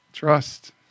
Trust